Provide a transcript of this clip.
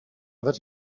that